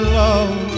love